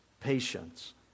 patience